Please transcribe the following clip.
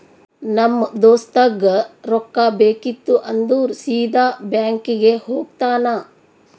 ನಮ್ ದೋಸ್ತಗ್ ರೊಕ್ಕಾ ಬೇಕಿತ್ತು ಅಂದುರ್ ಸೀದಾ ಬ್ಯಾಂಕ್ಗೆ ಹೋಗ್ತಾನ